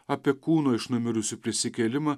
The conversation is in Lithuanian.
apie kūno iš numirusių prisikėlimą